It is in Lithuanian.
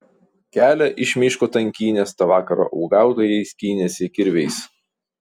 kelią iš miško tankynės tą vakarą uogautojai skynėsi kirviais